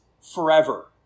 forever